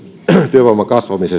työvoiman